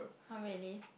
oh really